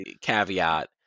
caveat